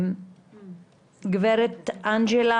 גברת אנג'לה